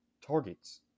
targets